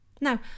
Now